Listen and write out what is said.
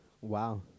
Wow